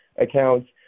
accounts